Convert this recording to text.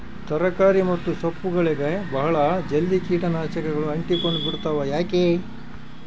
ತರಕಾರಿ ಮತ್ತು ಸೊಪ್ಪುಗಳಗೆ ಬಹಳ ಜಲ್ದಿ ಕೇಟ ನಾಶಕಗಳು ಅಂಟಿಕೊಂಡ ಬಿಡ್ತವಾ ಯಾಕೆ?